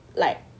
like